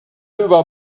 über